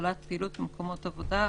מקומות עבודה.